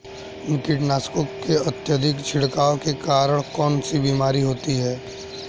कीटनाशकों के अत्यधिक छिड़काव के कारण कौन सी बीमारी होती है?